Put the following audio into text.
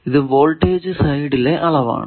ഇത് വോൾടേജ് സൈഡിലെ അളവാണ്